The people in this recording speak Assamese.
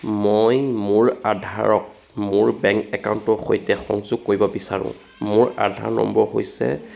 মই মোৰ আধাৰক মোৰ বেংক একাউণ্টৰ সৈতে সংযোগ কৰিব বিচাৰো মোৰ আধাৰ নম্বৰ হৈছে